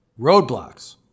roadblocks